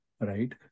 Right